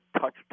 touched